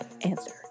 answer